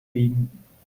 biegen